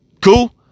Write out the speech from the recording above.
Cool